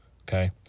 okay